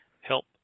help